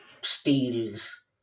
steals